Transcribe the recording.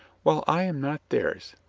while i am not theirs,